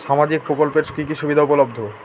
সামাজিক প্রকল্প এর কি কি সুবিধা উপলব্ধ?